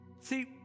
See